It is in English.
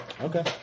Okay